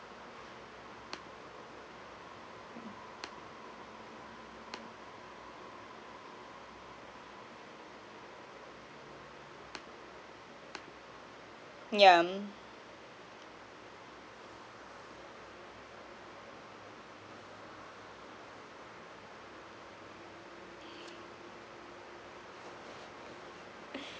yeah mm